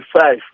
five